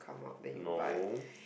no